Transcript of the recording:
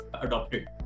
adopted